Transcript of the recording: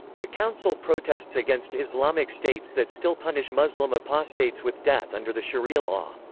the council protests against islamic states that still punish muslim apostates with death under the sharia law.